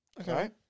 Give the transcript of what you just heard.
Okay